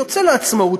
יוצא לעצמאות,